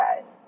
guys